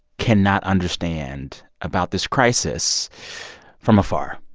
cannot understand about this crisis from afar?